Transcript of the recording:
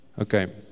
Okay